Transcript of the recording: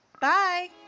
Bye